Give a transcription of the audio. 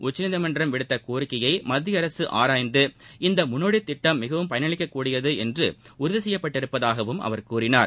உச்சநீதிமன்றம் விடுத்து கோரிக்கையை மத்திய அரசு ஆராய்ந்து இந்த முன்னோடி திட்டம் மிகவும் பயனளிக்கக்கூடியது என்று உறுதி செய்யப்பட்டிருப்பதாகவும் அவர் கூறினார்